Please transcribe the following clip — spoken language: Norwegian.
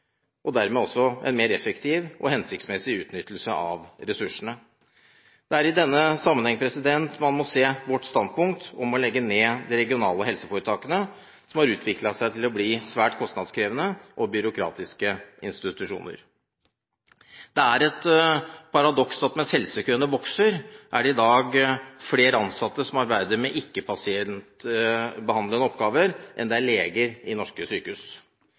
og dermed også en mer effektiv og hensiktsmessig utnyttelse av ressursene. Det er i denne sammenheng man må se vårt standpunkt om å legge ned de regionale helseforetakene, som har utviklet seg til å bli svært kostnadskrevende og byråkratiske institusjoner. Det er et paradoks at mens behandlingskøene vokser, er det i dag flere ansatte som arbeider med ikke-pasientbehandlende oppgaver, enn det er leger i norske sykehus.